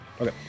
Okay